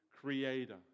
Creator